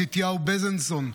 מתתיהו בזנסון,